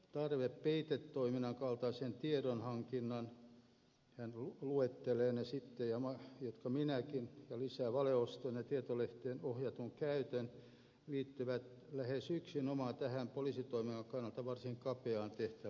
tarve peitetoiminnan kaltaiseen tiedonhankintaan ja hän luettelee sitten ne jotka minäkin ja lisää valeoston ja tietolähteen ohjatun käytön liittyvät lähes yksinomaan tähän poliisitoiminnan kokonaisuuden kannalta varsin kapeaan tehtäväalueeseen